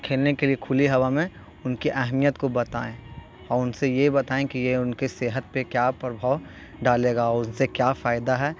کھیلنے کے لیے کھلی ہوا میں ان کی اہمیت کو بتائیں اور ان سے یہ بتائیں کہ یہ ان کے صحت پہ کیا پربھاؤ ڈالے گا اور ان سے کیا فائدہ ہے